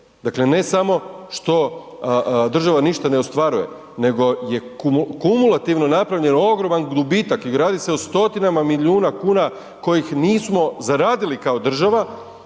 Dakle, ne samo što država ništa ne ostvaruje, nego je kumulativno napravljen ogroman gubitak i radi se o stotinama milijuna kuna kojih nismo zaradili kao država